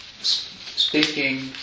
speaking